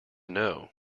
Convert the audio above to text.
know